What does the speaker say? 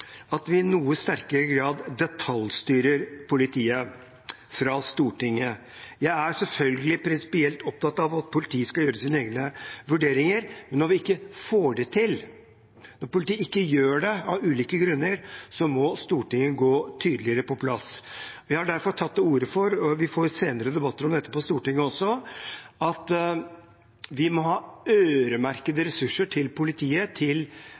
at vi i noe sterkere grad detaljstyrer politiet fra Stortinget. Jeg er selvfølgelig prinsipielt opptatt av at politiet skal gjøre sine egne vurderinger, men når vi ikke får det til, og når politiet ikke gjør det – av ulike grunner – må Stortinget være tydeligere på plass. Jeg har derfor tatt til orde for – og vi får senere debatter om også dette på Stortinget – at vi må ha øremerkede ressurser til politiet til